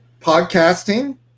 podcasting